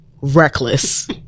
reckless